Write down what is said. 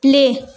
play